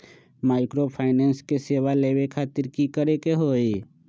Microfinance के सेवा लेबे खातीर की करे के होई?